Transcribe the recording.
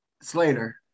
Slater